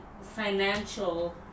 financial